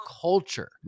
culture